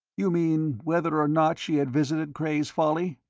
you mean whether or not she had visited cray's folly?